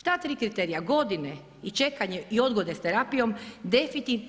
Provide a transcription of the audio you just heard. I ta tri kriterija, godine i čekanje i odgode s terapijom